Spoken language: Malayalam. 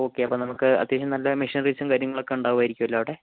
ഓക്കേ അപ്പോൾ നമുക്ക് അത്യാവശ്യം നല്ല മെഷിനറിസും കാര്യങ്ങളൊക്കെ ഉണ്ടാവുമായിരിക്കും അല്ലേ അവിടെ